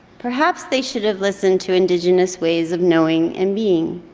perhaps, they should have listened to indigenous ways of knowing and being.